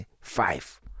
five